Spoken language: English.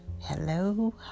Hello